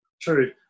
true